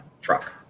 Truck